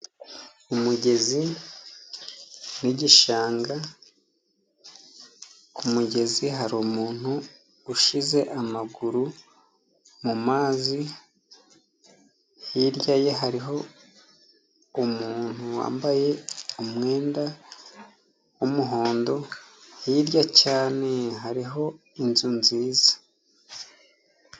Umugezi wigishanga ,ku mugezi hari umuntu ushyize amaguru mu mazi , hirya ye hariho umuntu wambaye umwenda w'umuhondo ,hirya cyane hariho inzu nziza.